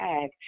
tag